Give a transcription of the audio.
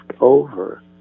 over